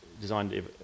designed